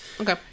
Okay